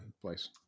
place